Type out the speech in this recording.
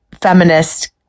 feminist